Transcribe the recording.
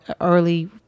early